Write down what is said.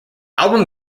album